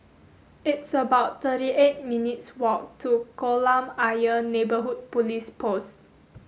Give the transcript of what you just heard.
it's about thirty eight minutes walk to Kolam Ayer Neighbourhood Police Post